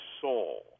soul